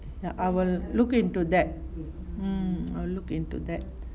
ya I will look into that mm I'll look into that